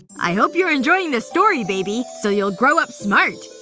i hope you're enjoying this story, baby. so you'll grow up smart